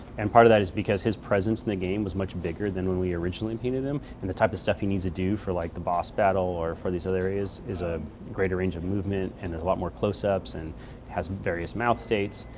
and part of that is because his presence in the game was much bigger than when we originally painted him. and the type of stuff he needs to do for like the boss battle or for these other areas is a greater range of movement and a lot more close-ups and has various mouth states.